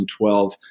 2012